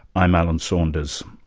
i'm alan saunders.